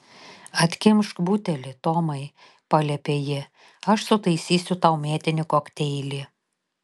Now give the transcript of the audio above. atkimšk butelį tomai paliepė ji aš sutaisysiu tau mėtinį kokteilį